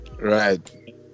Right